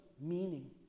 meaning